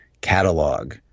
catalog